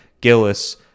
gillis